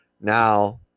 now